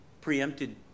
preempted